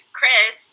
Chris